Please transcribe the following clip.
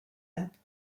alpes